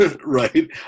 right